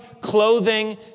clothing